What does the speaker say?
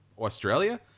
Australia